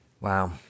Wow